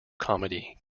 comedy